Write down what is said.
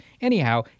Anyhow